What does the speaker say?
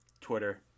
Twitter